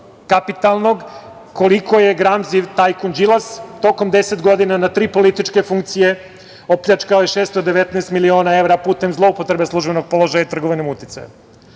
kapitalnog koliko je gramziv tajkun Đilas tokom 10 godina na tri političke funkcije opljačkao je 619 miliona evra putem zloupotrebe službenog položaja i trgovinom